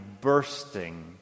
bursting